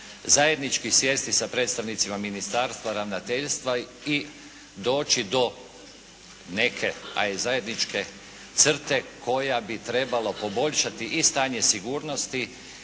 zajednički sjesti sa predstavnicima ministarstva, ravnateljstva i doći do neke ali zajedničke crte koja bi trebala poboljšati i stanje sigurnosti